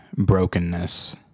brokenness